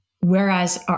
whereas